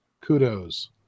Kudos